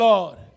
Lord